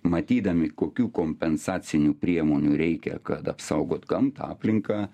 matydami kokių kompensacinių priemonių reikia kad apsaugot gamtą aplinką